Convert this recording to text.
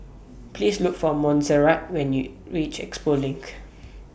Please Look For Monserrat when YOU REACH Expo LINK